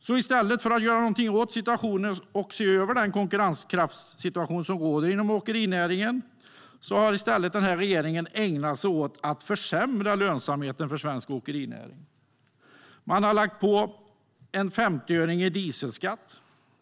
I stället för att göra något åt situationen och se över den situation i fråga om konkurrenskraften som råder inom åkerinäringen har regeringen ägnat sig åt att försämra lönsamheten för svensk åkerinäring. Man har lagt på en 50öring i dieselskatt.